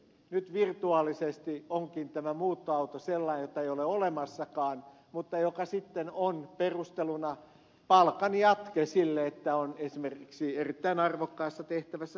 nyt virtuaalisesti onkin tällainen muuttoauto jota ei ole olemassakaan mutta joka sitten on palkanjatke perustelunaan se että on esimerkiksi erittäin arvokkaassa tehtävässä sinänsä eli rauhanturvaajana